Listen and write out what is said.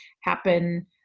happen